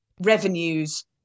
revenues